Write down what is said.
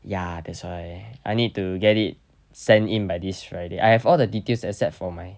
ya that's why I need to get it sent in by this friday I have all the details except for my